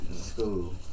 School